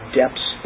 depths